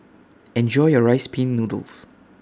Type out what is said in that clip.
Enjoy your Rice Pin Noodles